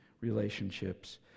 relationships